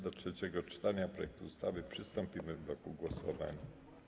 Do trzeciego czytania projektu ustawy przystąpimy w bloku głosowań.